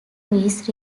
luis